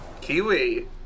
Kiwi